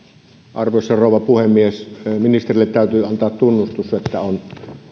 arvoisa rouva puhemies ministerille täytyy antaa tunnustus että hän on